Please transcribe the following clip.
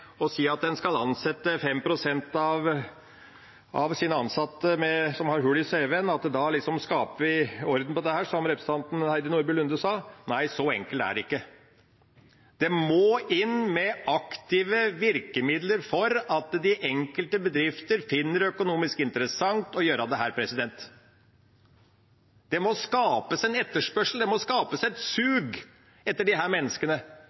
si at en skal ansette 5 pst. av sine nyansatte med hull i cv-en, at da skaper en liksom orden på dette, som representanten Heidi Nordby Lunde sa – nei, så enkelt er det ikke. Det må aktive virkemidler inn for at de enkelte bedrifter finner det økonomisk interessant å gjøre dette. Det må skapes en etterspørsel. Det må skapes et sug etter disse menneskene,